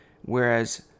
whereas